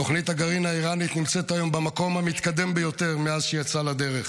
תוכנית הגרעין האיראנית נמצאת היום במקום המתקדם ביותר מאז שיצאה לדרך,